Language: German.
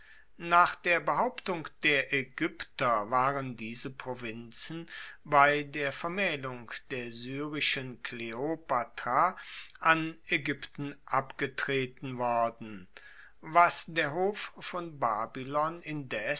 nach der behauptung der aegypter waren diese provinzen bei der vermaehlung der syrischen kleopatra an aegypten abgetreten worden was der hof von babylon indes